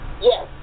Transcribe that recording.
Yes